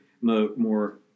more